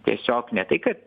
tiesiog ne tai kad